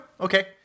Okay